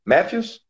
Matthews